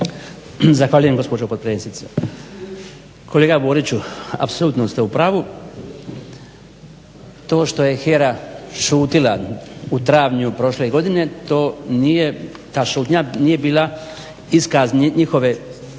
Zahvaljujem gospođo potpredsjednice. Kolega Buriću apsolutno ste u pravu. To što je HERA šutila u travnju prošle godine to nije ta šutnja nije bila iskaz njihove